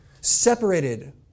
separated